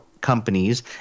companies